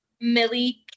Millie